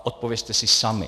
Odpovězte si sami.